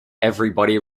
everybody